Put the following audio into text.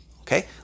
Okay